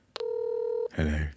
Hello